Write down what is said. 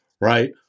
right